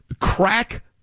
crack